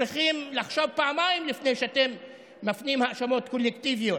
צריכים לחשוב פעמיים לפני שאתם מפנים האשמות קולקטיביות.